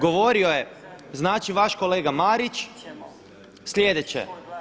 Govorio je znači vaš kolega Marić sljedeće.